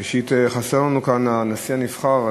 ראשית, חסר לנו כאן הנשיא הנבחר.